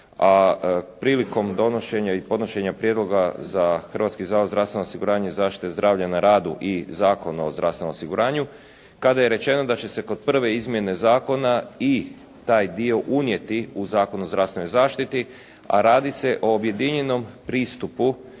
a prilikom donošenja i podnošenja prijedloga za Hrvatski zavod za zdravstveno osiguranje i zaštite zdravlja na radu i Zakon o zdravstvenom osiguranju kada je rečeno da će se kod prve izmjene zakona i taj dio unijeti u Zakon o zdravstvenoj zaštiti, a radi se o objedinjenom pristupu,